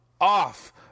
off